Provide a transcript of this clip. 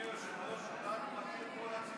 אדוני היושב-ראש, אתה מטעה את כל הציבור,